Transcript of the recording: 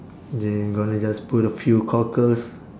they gonna just put a few cockles